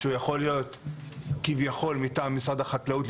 שיכול להיות כביכול מטעם משרד החקלאות,